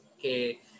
que